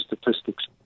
statistics